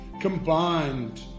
combined